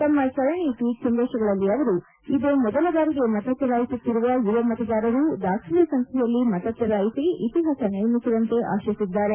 ತಮ್ಮ ಸರಣಿ ಟ್ವೀಟ್ ಸಂದೇಶಗಳಲ್ಲಿ ಅವರು ಇದೇ ಮೊದಲ ಬಾರಿಗೆ ಮತ ಚಲಾಯಿಸುತ್ತಿರುವ ಯುವ ಮತದಾರರು ದಾಖಲೆ ಸಂಖ್ಲೆಯಲ್ಲಿ ಮತ ಚಲಾಯಿಸಿ ಇತಿಹಾಸ ನಿರ್ಮಿಸುವಂತೆ ಆಶಿಸಿದ್ದಾರೆ